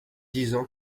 disant